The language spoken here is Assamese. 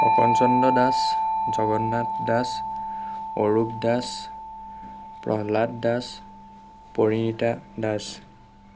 অকণ চন্দ্ৰ দাস জগন্নাথ দাস অৰূপ দাস প্ৰহ্লাদ দাস পৰিণীতা দাস